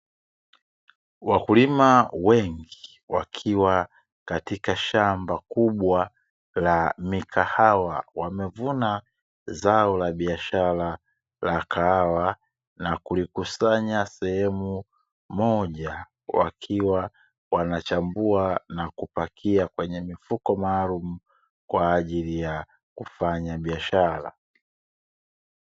Wakulima wengi wakiwa katika shamba kubwa la mikahawa, wamevuna zao la biashara la kahawa na kulikusanya sehemu moja. Wakiwa wanachambua na kupakia kwenye mifuko maalumu, kwa ajili ya kufanya biashara.